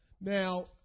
Now